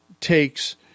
takes